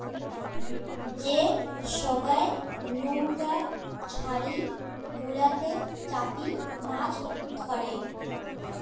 যে সোগায় নৌউকা ছারি গুলাতে চাপি মাছ ধরে